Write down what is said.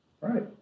right